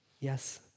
yes